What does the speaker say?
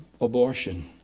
abortion